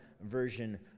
version